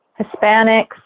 Hispanics